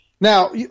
Now